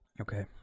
okay